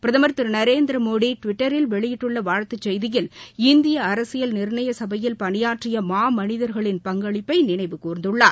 பிரதம் திரு நரேந்திரமோடி டிவிட்டரில் வெளியிட்டுள்ள வாழ்த்துச் செய்தியில் இந்திய அரசியல் நிர்ணய சபையில் பணியாற்றிய மாமனிதர்களின் பங்களிப்பை நினைவு கூர்ந்துள்ளார்